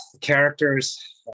characters